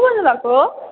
को बोल्नु भएको